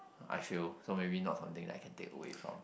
I feel so maybe not something I can take away from